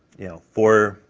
you know, four,